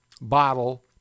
bottle